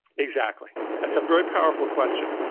exactly right that's a very powerful question.